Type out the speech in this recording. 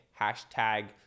hashtag